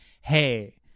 hey